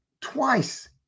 twice